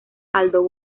aldo